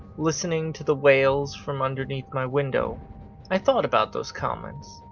listening to the wails from underneath my window i thought about those comments.